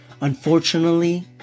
Unfortunately